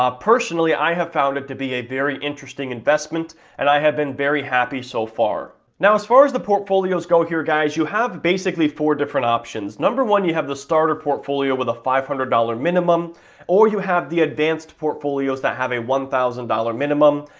ah personally i have found it to be a very interesting investment and i have been very happy so far. now, as far as the portfolios go here guys you have basically four different options. number one, you have the starter portfolio with a five hundred dollars minimum or you have the advanced portfolios that have a one thousand dollars minimum.